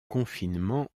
confinement